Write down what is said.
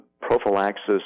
prophylaxis